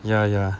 ya ya